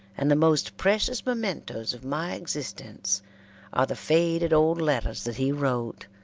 and the most precious mementoes of my existence are the faded old letters that he wrote,